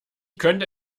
könnte